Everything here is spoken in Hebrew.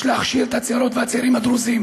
יש להכשיר את הצעירות והצעירים הדרוזים